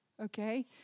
Okay